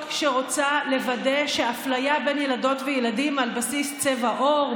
שרוצה לוודא שאפליה בין ילדות וילדים על בסיס צבע עור,